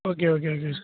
okay okay okay sir